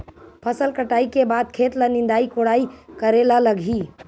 फसल कटाई के बाद खेत ल निंदाई कोडाई करेला लगही?